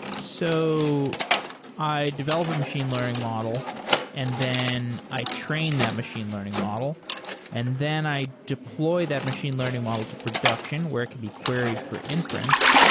so i develop a machine learning model and i train that machine learning model and then i deploy that machine learning model to production, where it could be queries for inference.